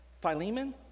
philemon